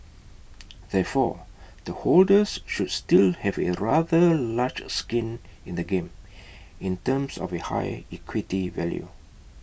therefore the holders should still have A rather large skin in the game in terms of A high equity value